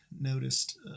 noticed